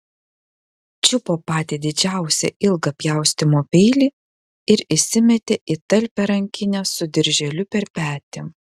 čiupo patį didžiausią ilgą pjaustymo peilį ir įsimetė į talpią rankinę su dirželiu per petį